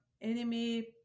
enemy